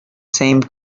same